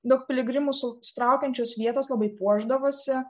daug piligrimų sutraukiančios vietos labai puošdavosi